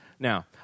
Now